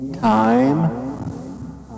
time